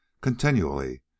continually